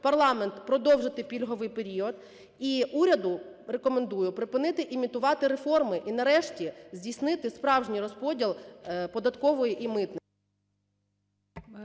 Парламент – продовжити пільговий період. І уряду рекомендую припинити імітувати реформи і нарешті здійснити справжній розподіл податкової і митної…